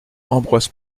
ambroise